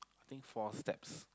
I think four steps